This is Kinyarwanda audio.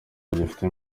bagifite